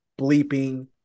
bleeping